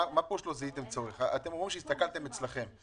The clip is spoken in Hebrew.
אתם אומרים שהסתכלתם אצלכם,